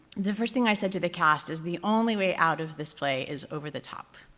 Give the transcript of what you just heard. the first thing i said to the cast is the only way out of this play is over the top.